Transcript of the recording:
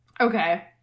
Okay